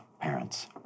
parents